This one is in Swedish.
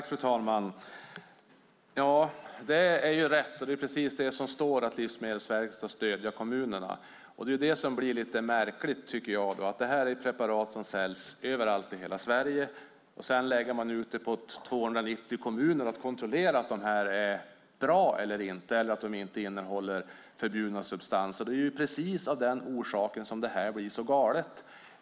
Fru talman! Det är rätt och det är precis det som står, att Livsmedelsverket ska stödja kommunerna. Det är det som blir lite märkligt, tycker jag. Det här är preparat som säljs överallt i hela Sverige. Sedan lägger man ut på 290 kommuner att kontrollera om de är bra eller inte eller att de inte innehåller förbjudna substanser. Det är precis av den orsaken som det här blir så galet.